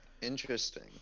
Interesting